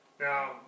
Now